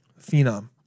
Phenom